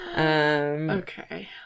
Okay